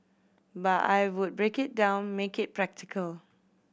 but I would break it down make it practical